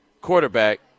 quarterback